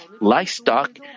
livestock